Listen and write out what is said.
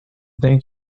thank